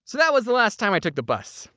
so that was the last time i took the bus.